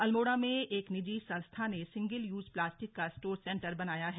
अल्मोड़ा में एक निजी संस्था ने ने सिंगल यूज प्लास्टिक का स्टोर सेंटर बनाया है